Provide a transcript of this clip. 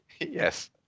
yes